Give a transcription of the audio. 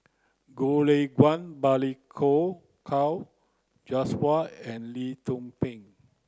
Goh Lay Kuan Balli Kaur Jaswal and Lee Tzu Pheng